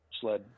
sled